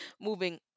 moving